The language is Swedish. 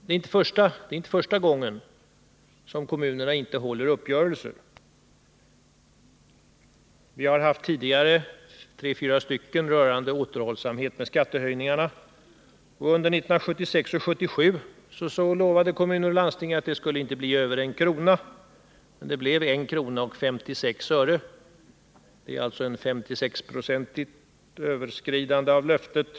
Det är inte första gången som kommunerna inte håller uppgörelser. Vi har tidigare haft tre fyra uppgörelser rörande återhållsamhet med skattehöjningar. Under 1976 och 1977 lovade kommuner och landsting att skattehöjningen inte skulle bli över 1 kr. Den blev 1:56 kr. Det är ett 56-procentigt överskridande av löftet.